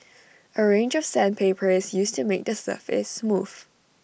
A range of sandpaper is used to make the surface smooth